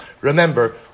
remember